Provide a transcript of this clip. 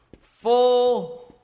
full